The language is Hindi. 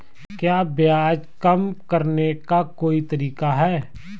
क्या ब्याज कम करने का कोई तरीका है?